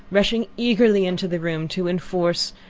rushing eagerly into the room to inforce,